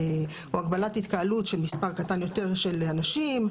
גם בהגבלת התקהלות של מספר קטן יותר של אנשים,